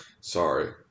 sorry